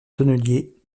tonnelier